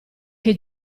che